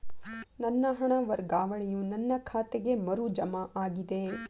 ನನ್ನ ಹಣ ವರ್ಗಾವಣೆಯು ನನ್ನ ಖಾತೆಗೆ ಮರು ಜಮಾ ಆಗಿದೆ